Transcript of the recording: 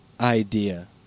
idea